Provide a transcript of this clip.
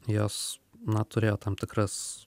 jos na turėjo tam tikras